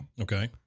Okay